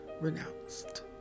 renounced